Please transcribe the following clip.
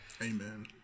amen